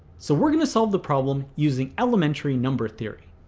so we're going to solve the problem using elementary number theory.